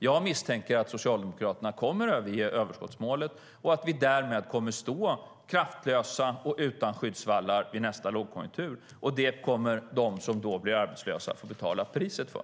Jag misstänker att Socialdemokraterna kommer att överge överskottsmålet och att vi därmed kommer att stå kraftlösa och utan skyddsvallar vid nästa lågkonjunktur. Det kommer de som då blir arbetslösa att få betala priset för.